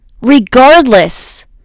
Regardless